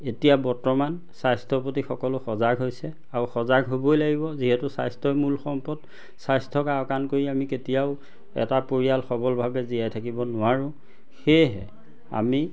এতিয়া বৰ্তমান স্বাস্থ্যৰ প্ৰতি সকলো সজাগ হৈছে আৰু সজাগ হ'বই লাগিব যিহেতু স্বাস্থ্যই মূল সম্পদ স্বাস্থ্যক আওকান কৰি আমি কেতিয়াও এটা পৰিয়াল সবলভাৱে জীয়াই থাকিব নোৱাৰোঁ সেয়েহে আমি